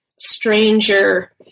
stranger